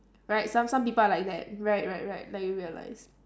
right some some people are like that right right right like you realise